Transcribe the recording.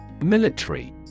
Military